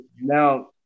now